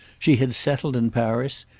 she had settled in paris,